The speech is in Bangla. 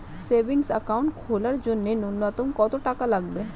সেভিংস একাউন্ট খোলার জন্য নূন্যতম কত টাকা লাগবে?